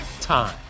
time